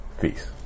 Peace